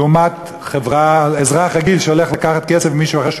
לעומת אזרח רגיל שהולך לקחת כסף ממישהו אחר,